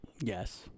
Yes